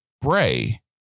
Bray